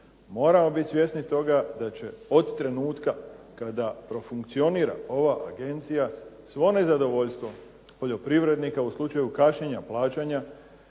Moramo biti svjesni toga da će od trenutaka kada profunkcionira ova agencija svo nezadovoljstvo poljoprivrednika u slučaju kašnjenja plaćanja